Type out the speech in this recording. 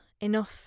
enough